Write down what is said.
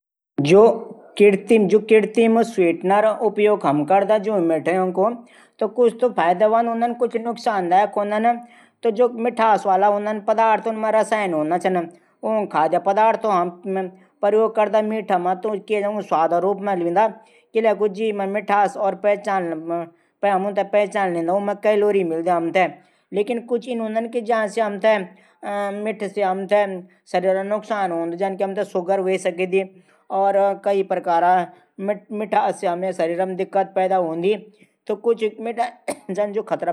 जू कृत्रिम स्वीटनर हूंदा उपयोग जू हम करदा कुछ त फायदेमंद हूंदा कुछ नुकसानदायक हूंदा जू मिठास वाला हूंदा पदार्थ ऊमा रसायन हूंदा। ऊं खाद्य पदार्थों का प्रयोग करदा मीठा मा स्वाद रूप मा लिंदा कैलोरी मात्रा भी ज्यादा हूदी लेकिन कुछ इन हूंदा ज्यां मा हमथै शरीर नुकसान हूदा सुगर भी ह्वे सकदी।